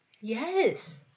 Yes